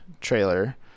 trailer